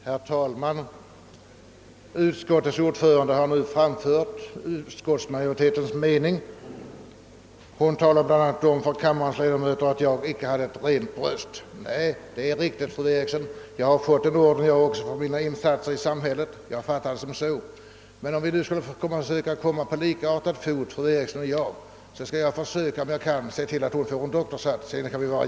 Herr talman! Utskottets ordförande har nu framfört utskottsmajoritetens mening och hon talade bl.a. om för kammarens ledamöter att jag icke har ett rent bröst. Nej, det är riktigt, fru Eriksson. Jag har fått en orden jag också för mina insatser i samhället — jag har fattat det på det sättet. Men för att fru Eriksson och jag skulle bli jämställda kan jag försöka se till att hon får en doktorshatt.